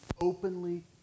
openly